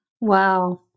Wow